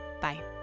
Bye